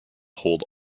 hold